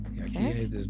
Okay